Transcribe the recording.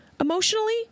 emotionally